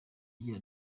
agira